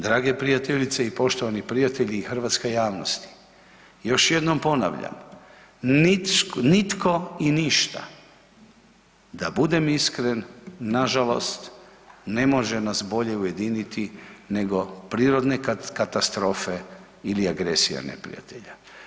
Drage prijateljice i poštovani prijatelji i hrvatska javnost još jednom ponavljam nitko i ništa da budem iskren na žalost ne može nas bolje ujediniti nego prirodne katastrofe ili agresija neprijatelja.